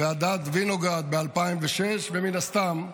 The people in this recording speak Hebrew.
ועדת וינוגרד ב-2006, ומן הסתם,